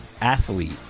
athlete